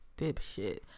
dipshit